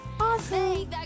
Awesome